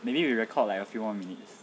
maybe we record like a more few minutes